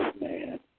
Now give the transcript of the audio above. man